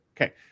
Okay